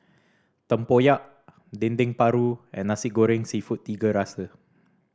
tempoyak Dendeng Paru and Nasi Goreng Seafood Tiga Rasa